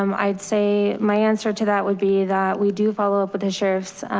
um i'd say my answer to that would be that we do follow up with the sheriff's,